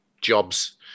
jobs